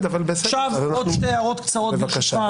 עוד שתי הערות קצרות, ברשותך.